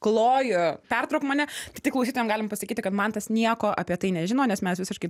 kloju pertrauk mane tik klausytojam galim pasakyti kad mantas nieko apie tai nežino nes mes visiškai